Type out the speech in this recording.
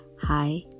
hi